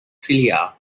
celia